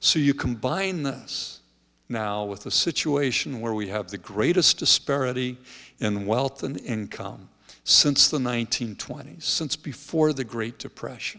so you combine the us now with the situation where we have the greatest disparity in wealth and income since the one nine hundred twenty s since before the great depression